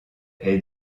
est